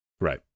right